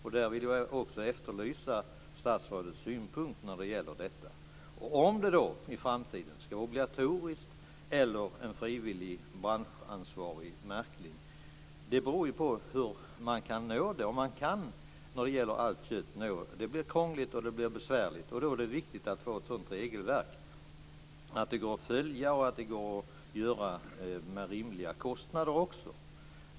Därför vill jag efterlysa statsrådets synpunkt på detta. Om det i framtiden ska vara en obligatorisk eller en frivillig branschansvarig märkning beror ju på om kan märka allt kött, då det blir krångligt och besvärligt. Därför är det viktigt att få ett regelverk som går att följa och att märkningen kan ske till rimliga kostnader.